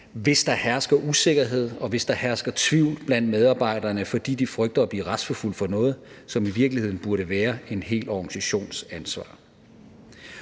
hvis der hersker usikkerhed, og hvis der hersker tvivl blandt medarbejderne, fordi de frygter at blive retsforfulgt for noget, som i virkeligheden burde være en hel organisations ansvar.